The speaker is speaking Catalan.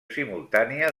simultània